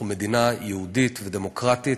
אנחנו מדינה יהודית ודמוקרטית.